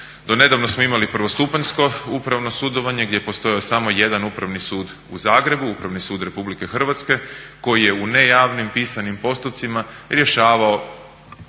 donedavno smo imali prvostupanjsko upravno sudovanje gdje je postojao samo jedan upravni sud u Zagrebu, Upravni sud RH koji je u nejavnim pisanim postupcima rješavao